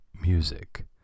music